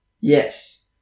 Yes